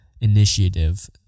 initiative